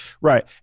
Right